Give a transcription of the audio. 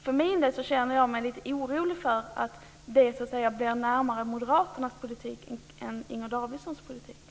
För min del känner jag mig lite orolig för att det blir närmare moderaternas politik än Inger Davidsons politik.